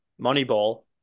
Moneyball